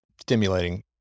stimulating